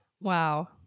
Wow